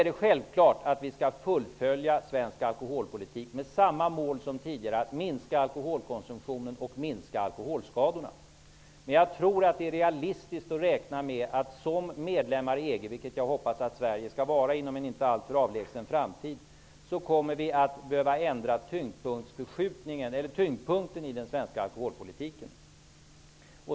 Det är självklart att vi skall fullfölja svensk alkoholpolitik -- med samma mål som tidigare, nämligen att minska alkoholkonsumtionen och att minska alkoholskadorna. Jag hoppas att Sverige inom en inte alltför avlägsen framtid skall vara medlem i EG. Då är det realistiskt att räkna med att vi kommer att behöva ändra tyngdpunkten i den svenska alkoholpolitiken.